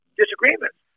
disagreements